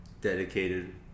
dedicated